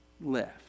left